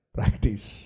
Practice